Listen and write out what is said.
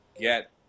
get